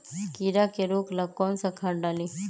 कीड़ा के रोक ला कौन सा खाद्य डाली?